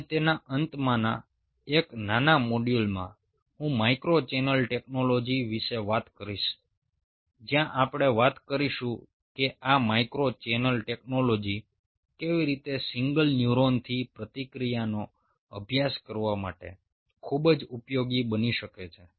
અને તેના અંતમાંના એક નાના મોડ્યુલમાં હું માઇક્રો ચેનલ ટેકનોલોજી વિશે વાત કરીશ જ્યાં આપણે વાત કરીશું કે આ માઇક્રો ચેનલ ટેકનોલોજી કેવી રીતે સિંગલ ન્યુરોનથી પ્રતિક્રિયાનો અભ્યાસ કરવા માટે ખૂબ જ ઉપયોગી બની શકે છે